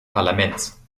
parlaments